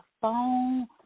phone